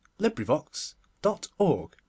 LibriVox.org